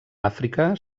àfrica